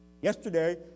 Yesterday